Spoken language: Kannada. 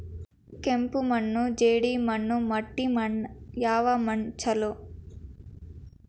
ಕೆಂಪು ಮಣ್ಣು, ಜೇಡಿ ಮಣ್ಣು, ಮಟ್ಟಿ ಮಣ್ಣ ಯಾವ ಮಣ್ಣ ಛಲೋ?